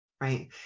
Right